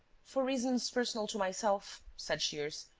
for reasons personal to myself, said shears,